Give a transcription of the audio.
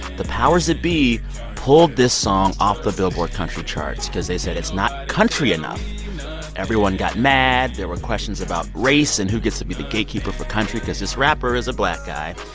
the powers that be pulled this song off the billboard country charts because they said it's not country enough everyone got mad. there were questions about race and who gets to be the gatekeeper for country because this rapper is a black guy.